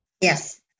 Yes